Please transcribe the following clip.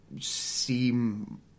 seem